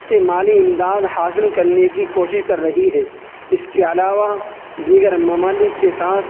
سے مالی امداد حاصل کرنے کی کوشش کر رہی ہے اس کے علاوہ دیگر ممالک کے ساتھ